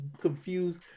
confused